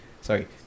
sorry